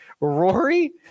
Rory